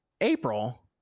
april